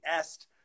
EST